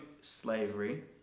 slavery